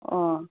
অঁ